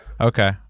Okay